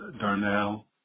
Darnell